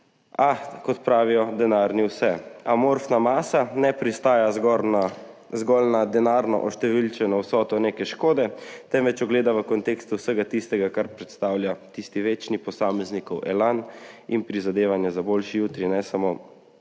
a kot pravijo, denar ni vse. Amorfna masa ne pristaja zgolj na denarno oštevilčeno vsoto neke škode, temveč jo gleda v kontekstu vsega tistega, kar predstavlja tisti večni posameznikov elan in prizadevanja za boljši jutri ne samo